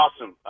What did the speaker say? awesome